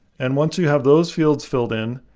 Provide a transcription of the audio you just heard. and once you have those fields filled in,